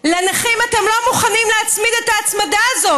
הרי לנכים אתם לא מוכנים להצמיד את ההצמדה הזאת.